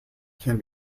can